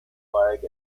flag